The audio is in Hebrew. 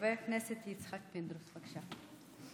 חבר הכנסת יצחק פינדרוס, בבקשה.